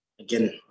Again